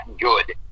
good